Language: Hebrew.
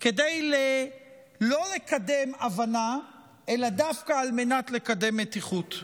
לא כדי לקדם הבנה אלא דווקא כדי לקדם מתיחות.